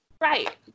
Right